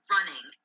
Running